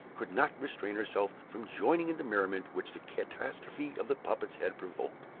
could not restrain herself from joining in the merriment which the catastrophe of the puppets had provoked.